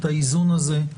האיזון הזה,